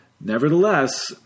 Nevertheless